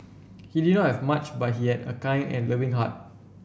he did not have much but he had a kind and loving heart